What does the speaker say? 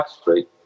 Street